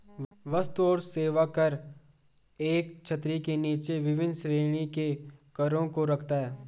वस्तु और सेवा कर एक छतरी के नीचे विभिन्न श्रेणियों के करों को रखता है